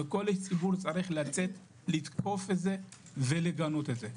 וכל איש ציבור צריך לתקוף את זה ולגנות את זה.